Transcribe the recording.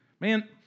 Man